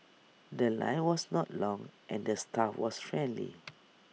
The Line was not long and the staff was friendly